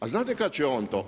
A znate kad će on to?